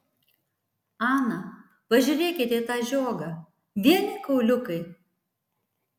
ana pažiūrėkite į tą žiogą vieni kauliukai